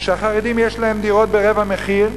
שהחרדים יש להם דירות ברבע מחיר,